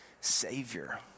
savior